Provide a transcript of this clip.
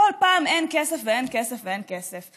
בכל פעם אין כסף ואין כסף ואין כסף.